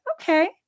okay